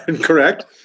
Correct